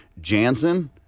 Jansen